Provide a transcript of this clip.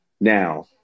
Now